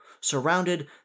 surrounded